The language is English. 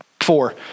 Four